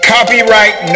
Copyright